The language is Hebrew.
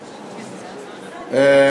סליחה.